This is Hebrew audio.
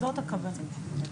זאת הכוונה.